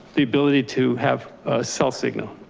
the ability to have a cell signal.